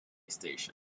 station